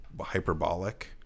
hyperbolic